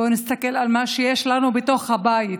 בואו נסתכל על מה שיש לנו בתוך הבית.